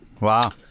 Wow